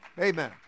Amen